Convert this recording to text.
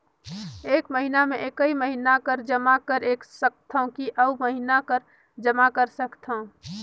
एक महीना मे एकई महीना कर जमा कर सकथव कि अउ महीना कर जमा कर सकथव?